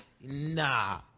nah